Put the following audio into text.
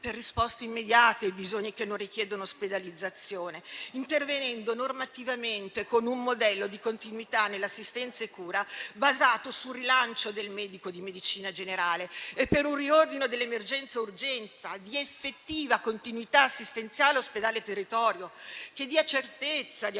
per risposte immediate ai bisogni che non richiedono ospedalizzazione, intervenendo normativamente con un modello di continuità nell'assistenza e cura basato sul rilancio del medico di medicina generale e per un riordino dell'emergenza-urgenza di effettiva continuità assistenziale ospedale-territorio che dia certezza di